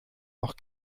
noch